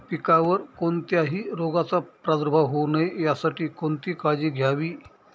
पिकावर कोणत्याही रोगाचा प्रादुर्भाव होऊ नये यासाठी कोणती काळजी घ्यावी?